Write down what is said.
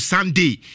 Sunday